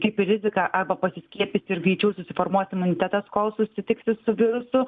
kaip ir rizika arba pasiskiepyti ir greičiau susiformuos imunitetas kol susitiksi su virusu